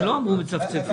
לא אמרו שמצפצפים.